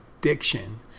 diction